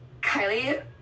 Kylie